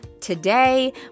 today